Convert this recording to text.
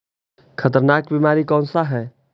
खतरनाक बीमारी कौन सा है?